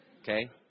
Okay